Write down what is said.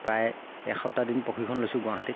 প্ৰায় এসপ্তাহ দিন প্ৰশিক্ষণ লৈছোঁ গুৱাহাটীত